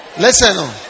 Listen